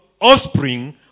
offspring